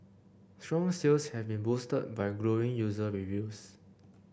strong sales have been boosted by glowing user reviews